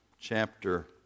chapter